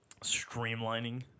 streamlining